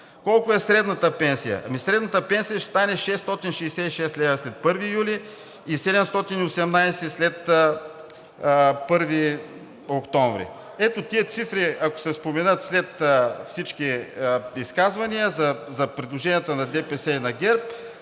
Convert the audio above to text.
Колко е средната пенсия? Средната пенсия ще стане 666 лв. след 1 юли и 718 лв. след 1 октомври. Ето тези цифри, ако се споменат след всички изказвания за предложенията на ДПС и на ГЕРБ,